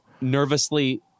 nervously